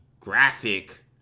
Graphic